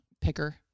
picker